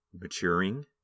maturing